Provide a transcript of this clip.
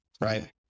right